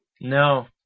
No